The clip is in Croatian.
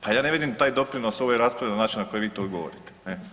Pa ja ne vidim taj doprinos ovoj raspravi na način na koji vi tu govorite, ne.